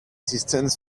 stands